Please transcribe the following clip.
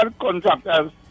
contractors